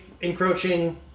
encroaching